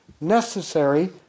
necessary